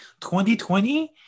2020